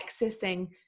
accessing